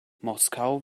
moskau